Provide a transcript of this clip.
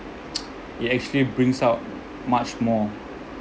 it actually brings out much more